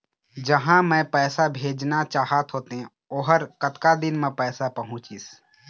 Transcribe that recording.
जहां मैं पैसा भेजना चाहत होथे ओहर कतका दिन मा पैसा पहुंचिस?